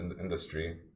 industry